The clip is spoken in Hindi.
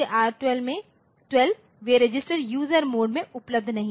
तो R 8 से R12 वे रजिस्टर यूजर मोड में उपलब्ध नहीं हैं